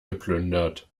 geplündert